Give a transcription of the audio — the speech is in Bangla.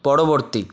পরবর্তী